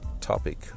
topic